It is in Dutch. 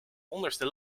onderste